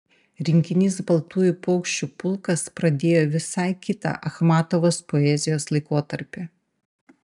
rinkinys baltųjų paukščių pulkas pradėjo visai kitą achmatovos poezijos laikotarpį